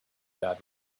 that